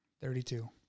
thirty-two